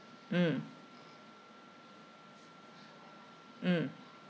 mm mm